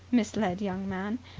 misled young man.